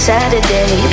Saturday